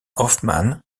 hoffmann